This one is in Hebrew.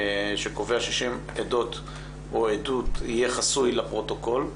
שקובע ששם עד יהיה חסוי לפרוטוקול.